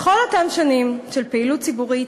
בכל אותן שנים של פעילות ציבורית,